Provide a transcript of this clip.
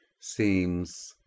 seems